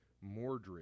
Mordred